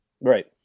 Right